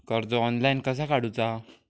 कर्ज ऑनलाइन कसा काडूचा?